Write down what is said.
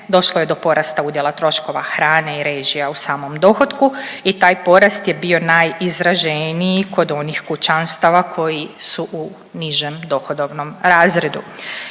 Došlo je do porasta udjela troškova hrane i režija u samom dohotku i taj porast je bio najizraženiji kod onih kućanstava koji su u nižem dohodovnom razredu.